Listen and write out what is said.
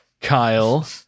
Kyle